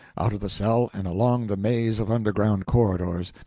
out of the cell and along the maze of underground corridors,